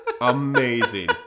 amazing